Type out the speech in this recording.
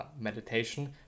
meditation